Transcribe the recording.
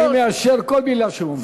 אני מאשר כל מילה שהוא אומר.